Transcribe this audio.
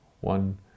One